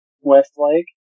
Westlake